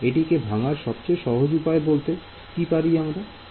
এটিকে ভাঙার সবচেয়ে সহজ উপায় বলতে পারবে